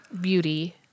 beauty